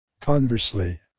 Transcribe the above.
Conversely